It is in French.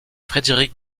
frédéric